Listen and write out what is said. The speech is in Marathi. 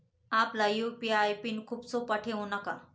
आपला यू.पी.आय पिन खूप सोपा ठेवू नका